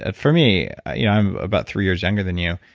ah for me, i'm about three years younger than you.